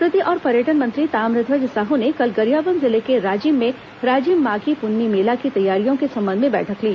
संस्कृति और पर्यटन मंत्री ताम्रध्वज साह ने कल गरियाबंद जिले के राजिम में राजिम माघी पुन्नी मेला की तैयारियों के संबंध में बैठक ली